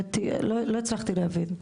לא הצלחתי להבין.